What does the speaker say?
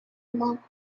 monk